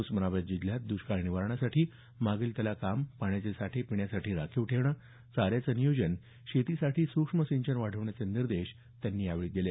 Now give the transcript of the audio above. उस्मानाबाद जिल्ह्यात द्ष्काळ निवारणासाठी मागेल त्याला काम पाण्याचे साठे पिण्यासाठी राखीव ठेवणं चाऱ्याचं नियोजन शेतीसाठी सुक्ष्म सिंचन वाढवण्याचे निर्देश त्यांनी संबंधित अधिकाऱ्यांना यावेळी दिले